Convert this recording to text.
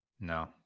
No